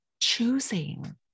choosing